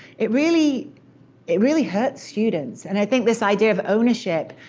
it really it really hurt students. and i think this idea of ownership,